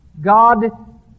God